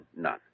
none